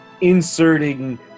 inserting